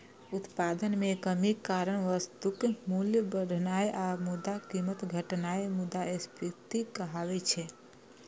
उत्पादन मे कमीक कारण वस्तुक मूल्य बढ़नाय आ मुद्राक कीमत घटनाय मुद्रास्फीति कहाबै छै